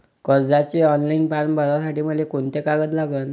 कर्जाचे online form भरासाठी मले कोंते कागद लागन?